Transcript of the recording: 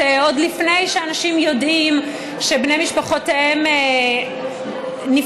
עוד לפני שאנשים יודעים שבני משפחתם נפגעו,